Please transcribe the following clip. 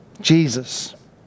Jesus